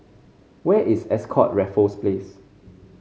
where is Ascott Raffles Place